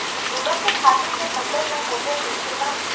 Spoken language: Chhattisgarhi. गोबर के खातु से फसल ल पोषण मिलथे का?